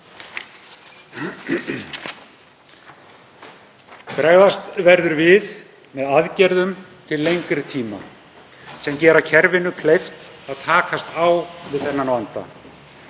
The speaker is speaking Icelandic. Bregðast verður við með aðgerðum til lengri tíma sem gera kerfinu kleift að takast á við þennan vanda.